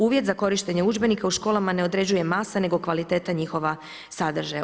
Uvjet za korištenje udžbenika u školama ne određuje masa, nego kvaliteta njihova sadržaja.